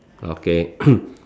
okay